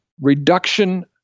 reduction